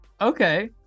okay